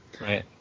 Right